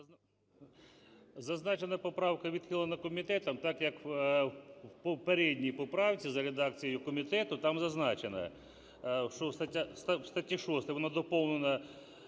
Зазначена поправка відхилена комітетом, так як в попередній поправці за редакцією комітету, там зазначено, що в статті 6 воно доповнено